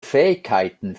fähigkeiten